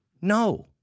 No